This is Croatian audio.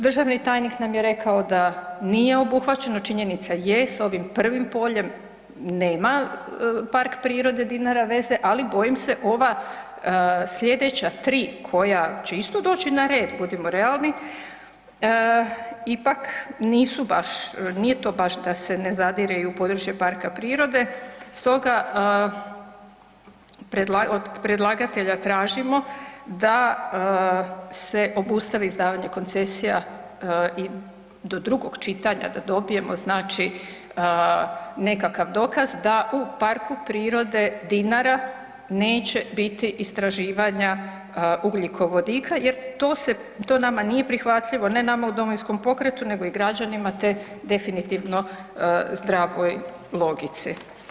Državni tajnik nam je rekao da nije obuhvaćeno, činjenica je, s ovim prvim poljem nema Park prirode Dinara veze, ali bojim se ova sljedeća 3 koja će isto doći na red, budimo realni, ipak nisu baš, nije to baš da se ne zadire i u područje parka prirode, stoga od predlagatelja tražimo da se obustavi izdavanje koncesija i do drugog čitanja da dobijemo znači, nekakav dokaz da u Parku prirode Dinara neće biti istraživanja ugljikovodika jer to se, to nama nije prihvatljivo, ne nama u Domovinskom pokretu nego i građanima te definitivno zdravoj logici.